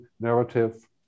narrative